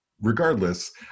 Regardless